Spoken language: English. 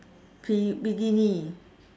b~ bikini